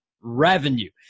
revenue